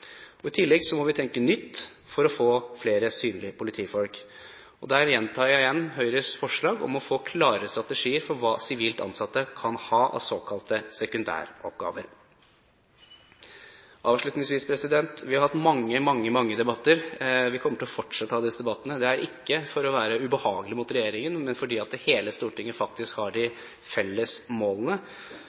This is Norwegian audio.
I tillegg må vi tenke nytt for å få flere synlige politifolk. Der gjentar jeg igjen Høyres forslag, om å få klare strategier for hva sivilt ansatte kan ha av såkalte sekundære oppgaver. Avslutningsvis – vi har hatt mange, mange, mange debatter. Vi kommer til å fortsette å ha disse debattene. Det er ikke for å være ubehagelig mot regjeringen, men fordi hele Stortinget faktisk har disse felles målene.